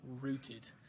rooted